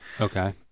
Okay